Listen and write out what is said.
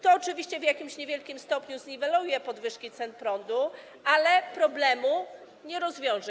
To oczywiście w jakimś niewielkim stopniu zniweluje podwyżki cen prądu, ale problemu nie rozwiąże.